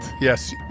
Yes